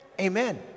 Amen